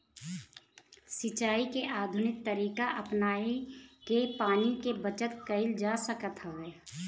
सिंचाई के आधुनिक तरीका अपनाई के पानी के बचत कईल जा सकत हवे